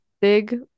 big